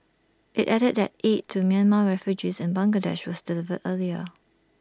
IT added that aid to Myanmar refugees in Bangladesh was delivered earlier